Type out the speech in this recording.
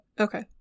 Okay